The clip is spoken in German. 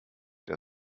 der